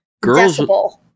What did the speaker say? girls